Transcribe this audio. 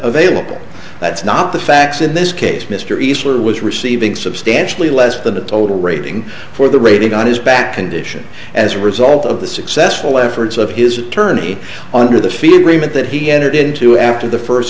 available that's not the facts in this case mr easter was receiving substantially less than the total rating for the rating on his back condition as a result of the successful efforts of his attorney under the feet agreement that he entered into after the first